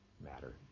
matter